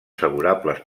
favorables